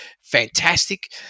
fantastic